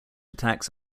attacks